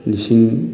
ꯂꯤꯁꯤꯡ